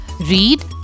Read